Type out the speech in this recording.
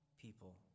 people